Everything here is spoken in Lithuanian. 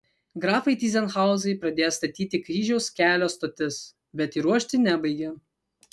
grafai tyzenhauzai pradėjo statyti kryžiaus kelio stotis bet įruošti nebaigė